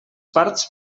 parts